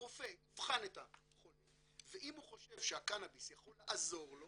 הרופא יבחן את החולה ואם הוא חושב שהקנאביס יכול לעזור לו